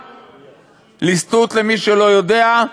ליסטות, למי שלא יודע,